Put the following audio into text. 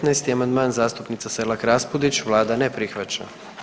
19. amandman, zastupnica Selak Raspudić, Vlada ne prihvaća.